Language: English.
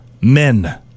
men